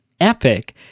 epic